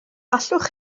allwch